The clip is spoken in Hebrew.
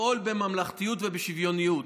לפעול בממלכתיות ובשוויוניות,